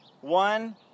One